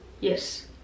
yes